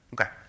Okay